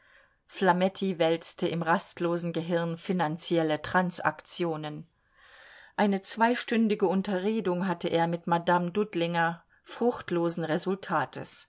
flametti wälzte im rastlosen gehirn finanzielle transaktionen eine zweistündige unterredung hatte er mit madame dudlinger fruchtlosen resultates